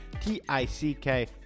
t-i-c-k